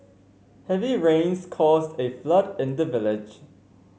heavy rains caused a flood in the village